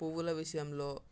పువ్వుల విషయంలో